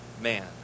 man